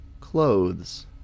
clothes